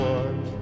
one